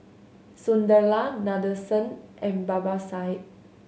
Sunderlal Nadesan and Babasaheb